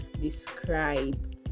describe